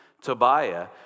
Tobiah